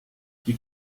you